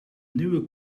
nieuwe